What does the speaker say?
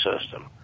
System